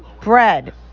bread